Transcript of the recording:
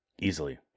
Easily